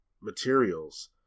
materials